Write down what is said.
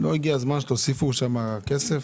לא הגיע הזמן שתוסיפו שם כסף?